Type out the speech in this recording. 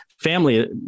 family